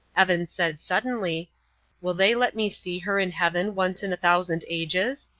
evan said suddenly will they let me see her in heaven once in a thousand ages?